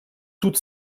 toute